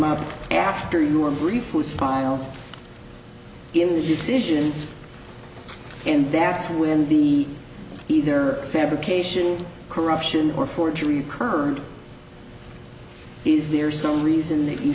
up after your brief was final in the decision and that's when the either fabrication corruption or forgery occurred is there some reason that you